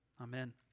Amen